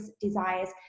desires